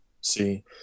See